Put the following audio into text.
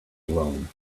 alone